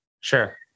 Sure